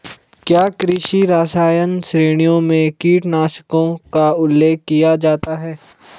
क्या कृषि रसायन श्रेणियों में कीटनाशकों का उल्लेख किया जाता है?